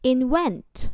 Invent